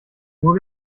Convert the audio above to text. uhr